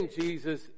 Jesus